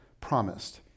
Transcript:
promised